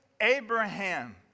Abraham